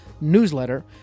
newsletter